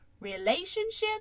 relationships